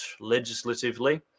legislatively